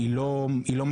היא לא מספיקה,